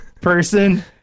person